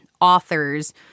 authors